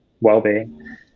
well-being